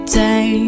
day